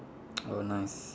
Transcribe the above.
oh nice